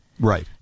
Right